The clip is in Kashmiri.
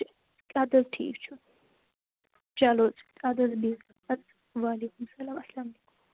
اد حظ ٹھیٖک چھُ چلو اد حظ بِہِو اد حظ وعلیکُم سلام اسلام علیکُم